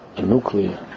nuclear